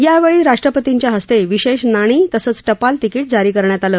यावेळी राष्ट्रपतींच्या हस्ते विशेष नाणी तसंच टपाल तिकिट जारी करण्यात आलं